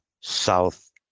south